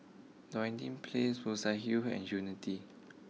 Dinding place Muswell Hill and Unity